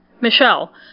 Michelle